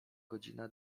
godzina